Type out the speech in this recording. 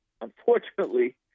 unfortunately